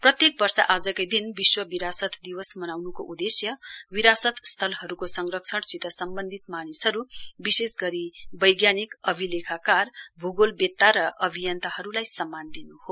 प्रत्येक वर्ष आजकै दिन विश्व विरासत दिवस मानउन्को उदेश्य विरासत स्थलहरूको संरक्षणसित सम्वन्धित मानिसहरू विशेष गरी बैज्ञानिक अभिलेखाकार भूगोलवेत्ता र अभियन्ताहरूलाई सम्मान दिन् हो